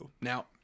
Now